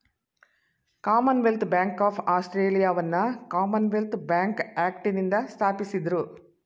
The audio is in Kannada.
ಕಾಮನ್ವೆಲ್ತ್ ಬ್ಯಾಂಕ್ ಆಫ್ ಆಸ್ಟ್ರೇಲಿಯಾವನ್ನ ಕಾಮನ್ವೆಲ್ತ್ ಬ್ಯಾಂಕ್ ಆಕ್ಟ್ನಿಂದ ಸ್ಥಾಪಿಸಿದ್ದ್ರು